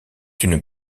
une